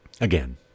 again